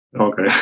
Okay